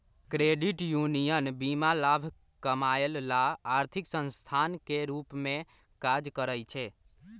credit union बीना लाभ कमायब ला आर्थिक संस्थान के रूप में काज़ करइ छै